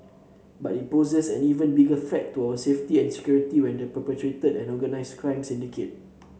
but it poses an even bigger threat to our safety and security when perpetrated an organised crime syndicate